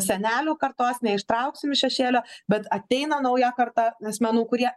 senelių kartos neištrauksim iš šešėlio bet ateina nauja karta asmenų kurie